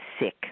sick